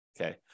Okay